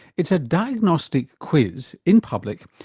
it's a diagnostic quiz, in public,